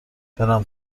برم